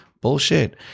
Bullshit